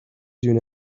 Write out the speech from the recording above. you